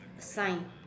it's fine